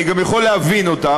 אני גם יכול להבין אותם,